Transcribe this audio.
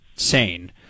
Sane